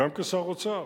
גם כשר האוצר.